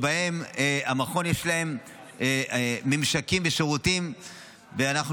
שיש להם ממשקים ושירותים עם המכון.